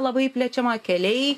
labai plečiama keliai